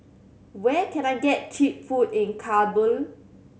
where can I get cheap food in Kabul